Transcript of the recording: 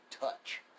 touch